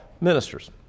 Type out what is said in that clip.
ministers